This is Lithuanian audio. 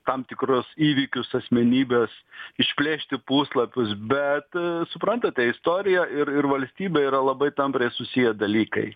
tam tikrus įvykius asmenybes išplėšti puslapius bet suprantate istorija ir ir valstybė yra labai tampriai susiję dalykai